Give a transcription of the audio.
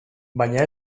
baina